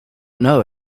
know